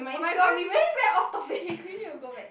oh-my-god we went very off topic we need to go back